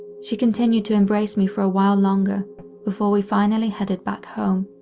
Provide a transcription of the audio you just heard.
she continued to embrace me for a while longer before we finally headed back home.